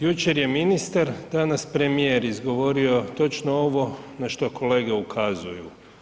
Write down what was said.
Jučer je ministar, danas premijer izgovorio točno ovo na što kolege ukazuju.